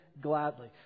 gladly